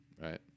right